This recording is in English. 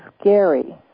scary